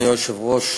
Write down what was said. אדוני היושב-ראש,